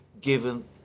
given